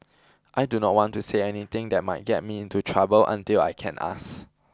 I do not want to say anything that might get me into trouble until I can ask